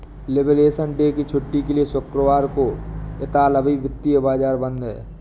liberation day की छुट्टी के लिए शुक्रवार को इतालवी वित्तीय बाजार बंद हैं